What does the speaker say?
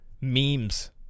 memes